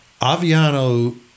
Aviano